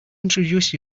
introduce